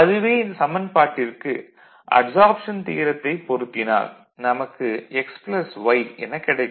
அதுவே இந்த சமன்பாட்டிற்கு அட்சார்ப்ஷன் தியரத்தை பொருத்தினால் நமக்கு x y எனக் கிடைக்கும்